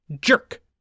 jerk